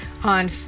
on